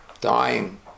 dying